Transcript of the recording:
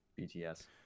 BTS